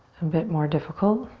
a bit more difficult.